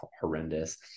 horrendous